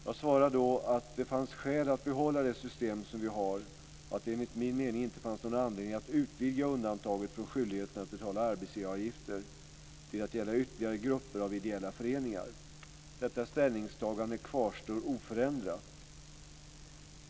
Jag svarade då att det fanns skäl att behålla det system som vi har och att det enligt min mening inte fanns någon anledning att utvidga undantaget från skyldigheten att betala arbetsgivaravgifter till att gälla ytterligare grupper av ideella föreningar. Detta ställningstagande kvarstår oförändrat.